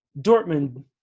Dortmund